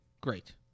great